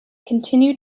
continue